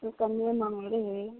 ओ कम्मे माँगै रहै